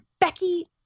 Becky